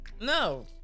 No